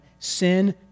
Sin